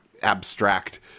abstract